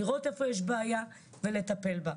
לראות איפה יש בעיה ולטפל בה.